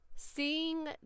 Seeing